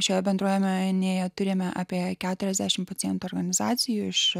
šioje bendruomenėje turime apie keturiasdešim pacientų organizacijų iš